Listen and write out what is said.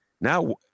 Now